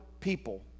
people